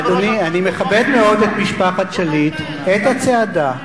אדוני, אני מכבד מאוד את משפחת שליט, את הצעדה,